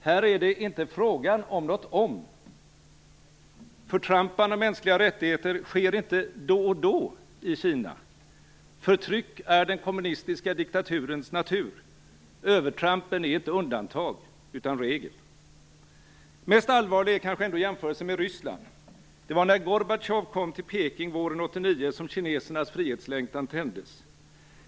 Här är det inte fråga om något om. Förtrampande av mänskliga rättigheter sker inte då och då i Kina. Förtryck är den kommunistiska diktaturens natur. Övertrampen är inte undantag utan regel. Mest allvarlig är kanske ändå jämförelsen med Ryssland. Det var när Gorbatjov kom till Peking våren 1989 som kinesernas frihetslängtan tändes.